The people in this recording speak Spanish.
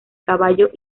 caballos